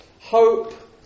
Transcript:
Hope